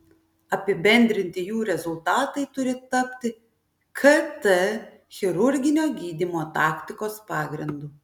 apibendrinti jų rezultatai turi tapti kt chirurginio gydymo taktikos pagrindu